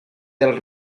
del